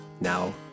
Now